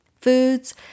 foods